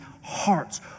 hearts